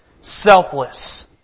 Selfless